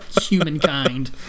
humankind